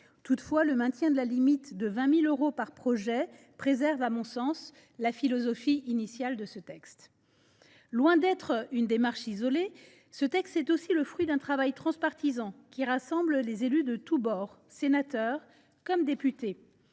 Toutefois, le maintien de la limite de 20 000 euros par projet préserve à mon sens la philosophie initiale de ce texte. C’est exact. Loin d’être une démarche isolée, ce texte est aussi le fruit d’un travail transpartisan qui rassemble des élus de tous bords, sénateurs comme députés.